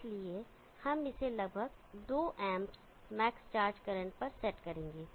इसलिए हम इसे लगभग 2 amps मैक्स चार्ज करंट पर सेट करेंगे